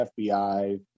FBI